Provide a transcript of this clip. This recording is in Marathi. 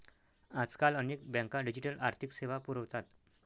आजकाल अनेक बँका डिजिटल आर्थिक सेवा पुरवतात